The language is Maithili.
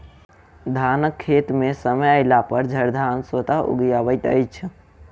धानक खेत मे समय अयलापर झड़धान स्वतः उगि अबैत अछि